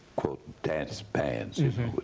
quote dance bands,